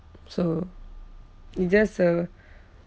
so it's just a